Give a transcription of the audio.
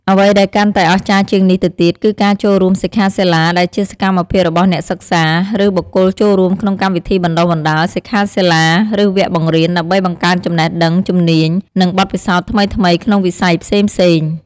អ្វីដែលកាន់តែអស្ចារ្យជាងនេះទៅទៀត គឺការចូលរួមសិក្ខាសាលាដែលជាសកម្មភាពរបស់អ្នកសិក្សា ឬបុគ្គលចូលរួមក្នុងកម្មវិធីបណ្តុះបណ្តាល សិក្ខាសាលា ឬវគ្គបង្រៀន ដើម្បីបង្កើនចំណេះដឹង ជំនាញ និងបទពិសោធន៍ថ្មីៗក្នុងវិស័យផ្សេងៗ។